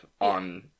on